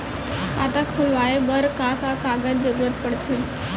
खाता खोलवाये बर का का कागज के जरूरत पड़थे?